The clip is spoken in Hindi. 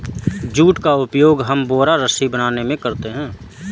जूट का उपयोग हम बोरा और रस्सी बनाने में करते हैं